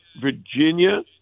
Virginia